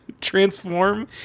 transform